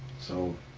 so